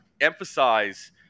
emphasize